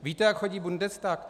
Víte, jak chodí Bundestag?